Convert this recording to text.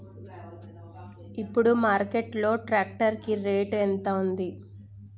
ఇప్పుడు మార్కెట్ లో ట్రాక్టర్ కి రేటు ఎంత ఉంది?